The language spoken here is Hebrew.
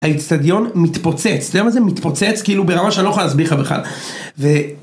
האצטדיון מתפוצץ, אתה יודע מה זה מתפוצץ? כאילו ברמה שלא אוכל להסביר לך בכלל.